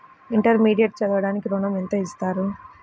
Intermediate చదవడానికి ఋణం ఎంత ఇస్తారు?